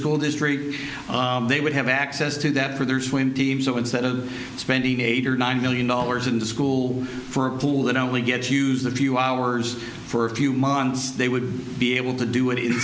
very they would have access to that for their swim team so instead of spending eight or nine million dollars in the school for a pool that only gets used a few hours for a few months they would be able to do it in